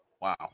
Wow